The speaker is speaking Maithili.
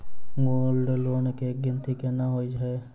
गोल्ड लोन केँ गिनती केना होइ हय?